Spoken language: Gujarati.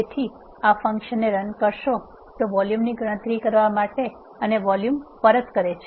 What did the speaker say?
તેથી આ ફંકશનને રન કરશે વોલ્યુમની ગણતરી કરવા માટે અને વોલ્યુમ પરત કરે છે